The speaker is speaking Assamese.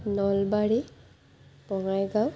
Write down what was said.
নলবাৰী বঙাইগাঁও